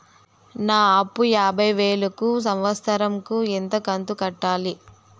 నా అప్పు యాభై వేలు కు సంవత్సరం కు ఎంత కంతు కట్టాలి?